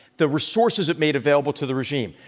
the resources it made available to the regime,